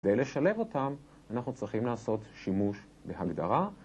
כדי לשלב אותם אנחנו צריכים לעשות שימוש בהגדרה.